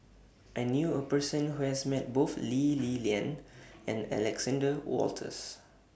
I knew A Person Who has Met Both Lee Li Lian and Alexander Wolters